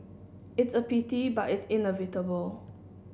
it's a pity but it's inevitable